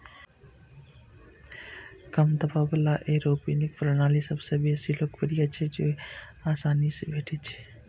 कम दबाव बला एयरोपोनिक प्रणाली सबसं बेसी लोकप्रिय छै, जेआसानी सं भेटै छै